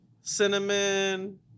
cinnamon